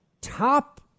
top